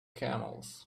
camels